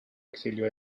exilió